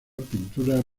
pinturas